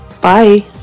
bye